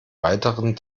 weiteren